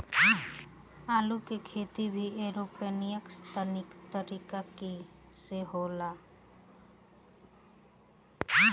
आलू के खेती भी अब एरोपोनिक्स तकनीकी से हो सकता